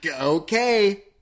Okay